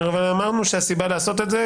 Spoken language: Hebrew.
אבל הסברנו למה לעשות את זה.